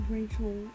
Rachel